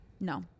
no